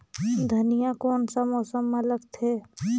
धनिया कोन सा मौसम मां लगथे?